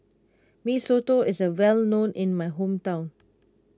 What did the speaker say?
Mee Soto is a well known in my hometown